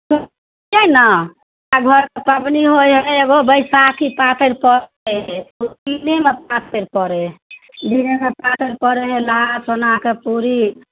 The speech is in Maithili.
बुझलिए ने हमर घरके पाबनि होइए एगो बैसाखी पातरि पड़ै हइ ओ दिनेमे पातरि पड़ै हइ दिनेमे पातरि पड़ै हइ नहा सोनाकऽ पूड़ी